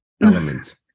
element